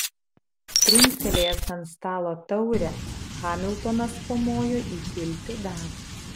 trinktelėjęs ant stalo taurę hamiltonas pamojo įpilti dar